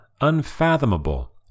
Unfathomable